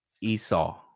Esau